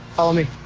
follow me.